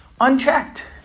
Unchecked